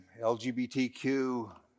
LGBTQ